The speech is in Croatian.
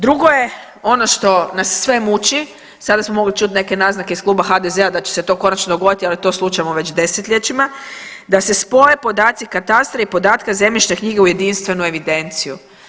Drugo je ono što nas sve muči, sada smo mogli čuti neke naznake iz kluba HDZ-a da će se to konačno dogoditi, ali to slušamo već desetljećima da se spoje podaci katastra i podatke zemljišne knjige u jedinstvenu evidenciju.